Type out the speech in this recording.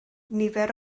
nifer